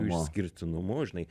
išskirtinumu žinai